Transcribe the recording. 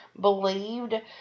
believed